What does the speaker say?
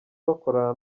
bakorana